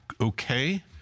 okay